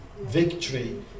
victory